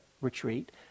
retreat